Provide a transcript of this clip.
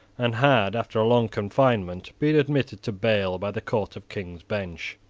and had, after a long confinement, been admitted to bail by the court of king's bench.